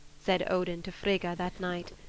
said odin to frigga that night,